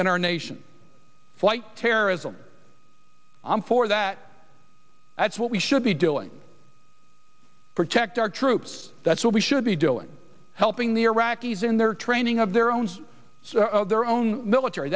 and our nation flight terrorism for that that's what we should be doing protect our troops that's what we should be doing helping the iraqis in their training of their own their own military